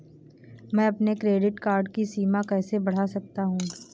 मैं अपने credit card की सीमा कैसे बढ़ा सकता हूँ?